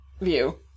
view